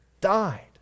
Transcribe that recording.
died